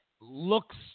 looks